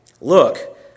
Look